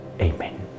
Amen